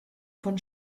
von